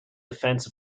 defense